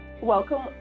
Welcome